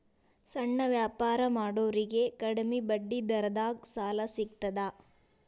ಸಣ್ಣ ವ್ಯಾಪಾರ ಮಾಡೋರಿಗೆ ಕಡಿಮಿ ಬಡ್ಡಿ ದರದಾಗ್ ಸಾಲಾ ಸಿಗ್ತದಾ?